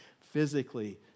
physically